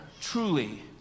truly